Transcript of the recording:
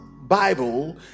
Bible